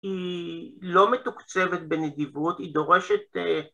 ‫היא לא מתוקצבת בנדיבות, ‫היא דורשת...